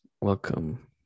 welcome